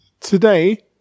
Today